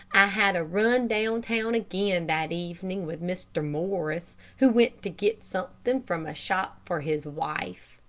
i had a run down town again that evening with mr. morris, who went to get something from a shop for his wife.